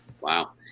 Wow